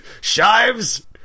Shives